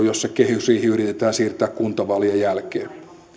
jossa kehysriihi yritetään siirtää kuntavaalien jälkeen